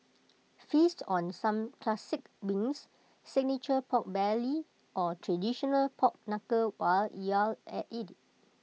feast on some classic wings signature Pork Belly or traditional pork Knuckle while you're at IT